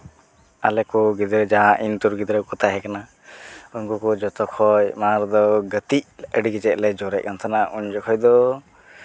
ᱟᱞᱮ ᱠᱚ ᱜᱤᱫᱽᱨᱟᱹ ᱡᱟᱦᱟᱸ ᱜᱤᱫᱽᱨᱟᱹ ᱠᱚᱠᱚ ᱛᱟᱦᱮᱸ ᱠᱟᱱᱟ ᱩᱱᱠᱩ ᱡᱚᱛᱚᱠᱷᱚᱡ ᱢᱟᱲᱟᱝ ᱨᱮᱫᱚ ᱜᱟᱛᱮ ᱟᱹᱰᱤ ᱠᱟᱡᱟᱠ ᱞᱮ ᱡᱳᱨᱮᱫ ᱠᱟᱱ ᱛᱟᱦᱮᱱᱟ ᱩᱱ ᱡᱚᱠᱷᱚᱡ ᱫᱚ